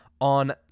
on